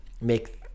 make